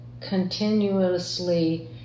continuously